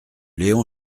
léon